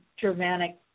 Germanic